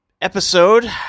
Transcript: episode